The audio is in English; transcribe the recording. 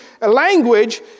language